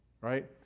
right